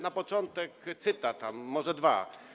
Na początek cytat, a może dwa.